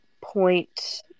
point